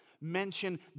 mention